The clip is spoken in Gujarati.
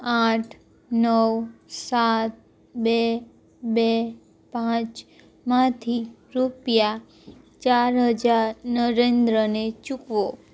આઠ નવ સાત બે બે પાંચમાંથી રુપિયા ચાર હજાર નરેન્દ્રને ચૂકવો